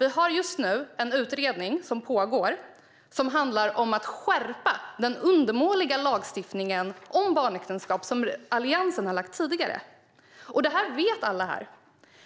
Vi har just nu en pågående utredning som handlar om att skärpa den undermåliga lagstiftning om barnäktenskap som Alliansen tidigare lagt fram. Detta vet alla här.